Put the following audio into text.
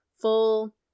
full